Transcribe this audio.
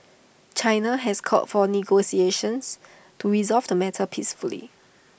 China has called for negotiations to resolve the matter peacefully